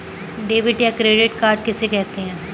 Debit या credit card किसे कहते हैं?